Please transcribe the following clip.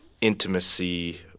intimacy